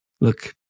Look